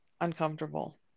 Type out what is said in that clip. uncomfortable